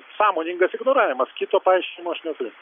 sąmoningas ignoravimas kito paaiškinimo aš neturiu